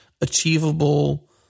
achievable